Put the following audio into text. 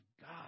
God